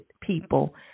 people